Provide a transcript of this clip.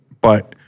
But-